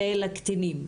זה לקטינים,